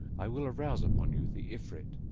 i will arouse upon you the if rit.